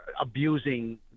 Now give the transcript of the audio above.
abusing